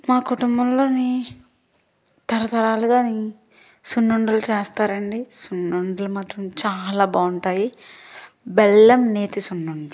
మా కుటుంబంలోని తరతరాలుగాని సున్నుండలు చేస్తారండి సున్నుండలు మాత్రం చాలా బాగుంటాయి బెల్లం నేతి సున్నుండలు